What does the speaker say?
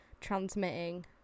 transmitting